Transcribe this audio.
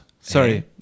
sorry